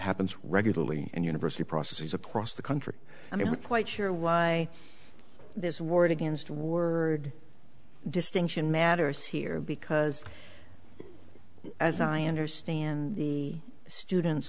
happens regularly and university processes across the country and i don't quite sure why this war against war distinction matters here because as i understand the students